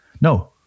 no